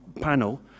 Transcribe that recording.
panel